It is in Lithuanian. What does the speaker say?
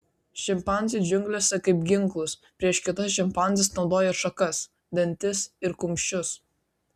šimpanzė džiunglėse kaip ginklus prieš kitas šimpanzes naudoja šakas dantis ir kumščius